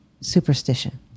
Superstition